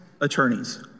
attorneys